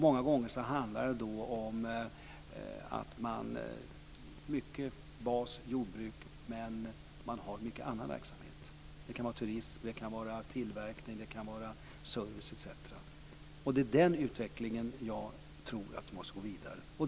Många gånger handlar det om basverksamhet som t.ex. jordbruk, men man har också mycket annan verksamhet. Det kan vara turism, tillverkning, service etc. Det är den utvecklingen jag tror att vi måste gå vidare med.